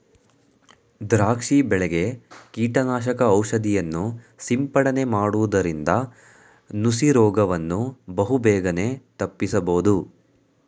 ದ್ರಾಕ್ಷಿ ಬೆಳೆಗೆ ಕೀಟನಾಶಕ ಔಷಧಿಯನ್ನು ಸಿಂಪಡನೆ ಮಾಡುವುದರಿಂದ ನುಸಿ ರೋಗವನ್ನು ಬಹುಬೇಗನೆ ತಪ್ಪಿಸಬೋದು